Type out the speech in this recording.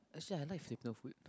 actually I like fitness food